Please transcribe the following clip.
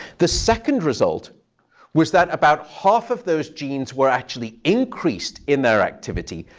the second result was that about half of those genes were actually increased in their activity.